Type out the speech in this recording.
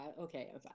okay